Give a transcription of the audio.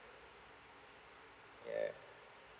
yeah